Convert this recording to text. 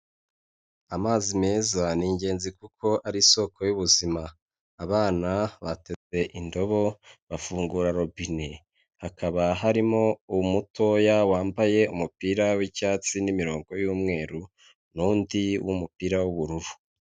Amazi meza ni ingenzi kuko ari isoko y'ubuzima, abana bateze indobo bafungura robine, hakaba harimo umutoya wambaye umupira w'icyatsi n'imirongo y'umweru n'undi w'umupira w'ubururu.